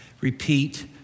Repeat